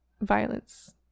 violence